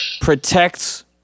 protects